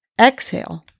Exhale